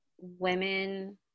women